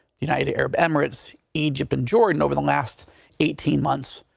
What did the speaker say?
united arab emirates, egypt and jordan over the last eighteen months,